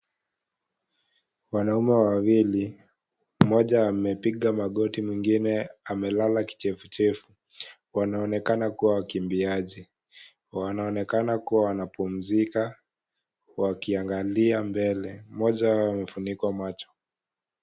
Wanaume wawili, mmoja amepiga magoti mwingine amelala kichevuchevu. Wanaonekana kuwa wakimbiaji. Wanaonekana kuwa wanapumzika wakiangalia mbele. Mmoja wao amefunikwa macho.